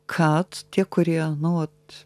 kad tie kurie nu vat